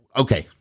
okay